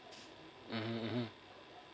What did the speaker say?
mmhmm